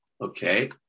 Okay